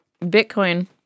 Bitcoin